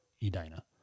Edina